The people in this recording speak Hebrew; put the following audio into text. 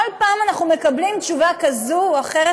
כל פעם אנחנו מקבלים תשובה כזאת או אחרת,